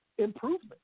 Improvement